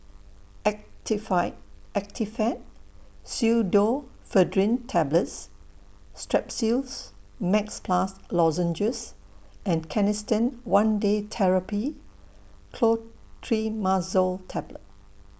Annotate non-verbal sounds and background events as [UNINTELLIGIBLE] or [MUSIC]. [UNINTELLIGIBLE] Actifed Pseudoephedrine Tablets Strepsils Max Plus Lozenges and Canesten one Day Therapy Clotrimazole Tablet